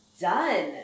Done